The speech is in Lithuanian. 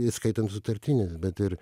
įskaitant sutartines bet ir